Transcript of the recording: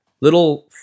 little